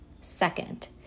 Second